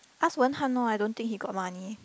ask Wenhan orh I don't think he got money